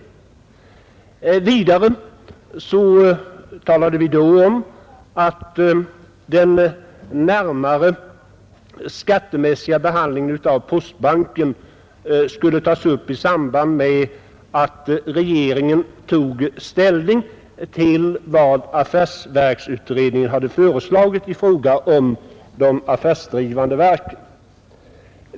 Vidare talade vi då om att den närmare skattemässiga behandlingen av postbanken skulle tas upp i samband med att regeringen tog ställning till vad affärsverksutredningen föreslagit i fråga om de affärsdrivande verken.